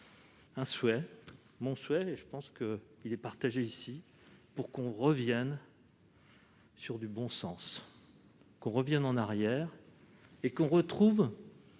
Un souhait mon souhait et je pense que il est partagé ici pour qu'on revienne. Sur du bon sens qu'on revienne en arrière et qu'on retrouve